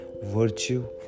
virtue